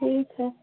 ठीक है